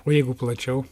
o jeigu plačiau